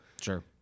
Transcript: Sure